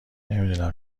نمیدونم